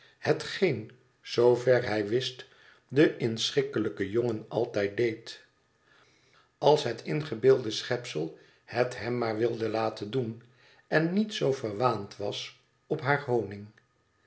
hetgeen zoover hij wist de inschikkelijke jongen altijd deed als het ingebeelde schepsel het hem maar wilde laten doen en niet zoo verwaand was op haar honig